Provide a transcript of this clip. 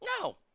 No